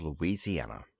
Louisiana